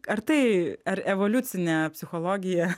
ar tai ar evoliucinę psichologiją